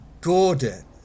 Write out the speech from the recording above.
Gordon